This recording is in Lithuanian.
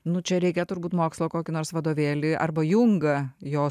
nu čia reikia turbūt mokslo kokį nors vadovėlį arba jungą jo